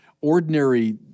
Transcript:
ordinary